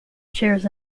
shares